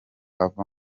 ava